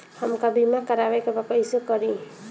हमका बीमा करावे के बा कईसे करी?